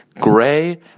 gray